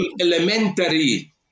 elementary